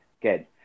good